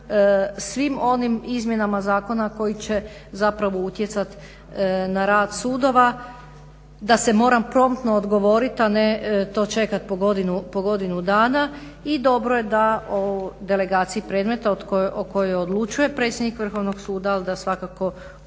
svim onim izmjenama zakona koji će utjecati na rad sudova, da se mora promptno odgovoriti a ne to čekati po godinu dana. I dobro je da delegaciji predmeta o kojoj odlučuje predsjednik Vrhovnog suda da svakako to se